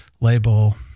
label